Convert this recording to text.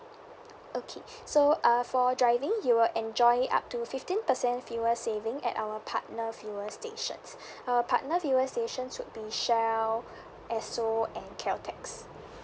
okay so uh for driving you will enjoy up to fifteen percent fuel saving at our partner fuel stations our partner fuel stations would be shell esso and caltex